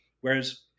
Whereas